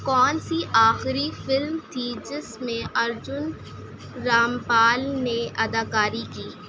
کون سی آخری فلم تھی جس میں ارجن رامپال نے اداکاری کی